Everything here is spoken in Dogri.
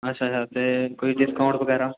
अच्छा अच्छा ते कोई डिस्काउन्ट बगैरा